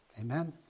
Amen